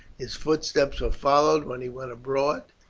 his footsteps were followed when he went abroad,